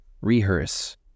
rehearse